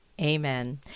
Amen